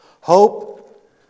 Hope